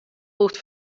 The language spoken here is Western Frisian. hoecht